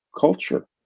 culture